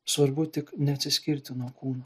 svarbu tik neatsiskirti nuo kūno